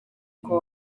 uko